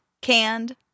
canned